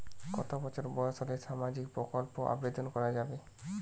কত বছর বয়স হলে সামাজিক প্রকল্পর আবেদন করযাবে?